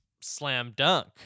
Slam-dunk